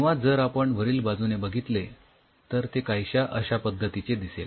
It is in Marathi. किंवा जर आपण वरील बाजूने बघितले तर ते काहीश्या अश्या पद्ध्तीने दिसेल